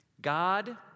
God